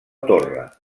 torre